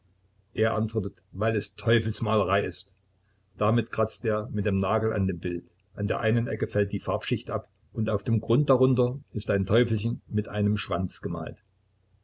er antwortet weil es teufelsmalerei ist damit kratzt er mit dem nagel an dem bild an der einen ecke fällt die farbschicht ab und auf dem grund darunter ist ein teufelchen mit einem schwanz gemalt